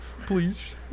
please